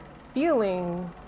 feeling